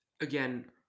again